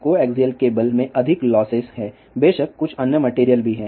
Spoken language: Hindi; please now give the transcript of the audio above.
कोएक्सियल केबल में अधिक लॉसेस हैं बेशक कुछ अन्य मटेरियल भी हैं